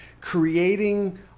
creating